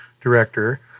director